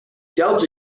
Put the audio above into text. delta